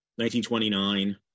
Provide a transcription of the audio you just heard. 1929